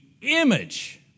image